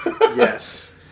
Yes